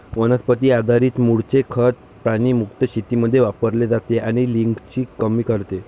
वनस्पती आधारित मूळचे खत प्राणी मुक्त शेतीमध्ये वापरले जाते आणि लिचिंग कमी करते